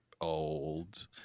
old